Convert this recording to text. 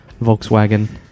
Volkswagen